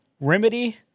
Remedy